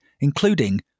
including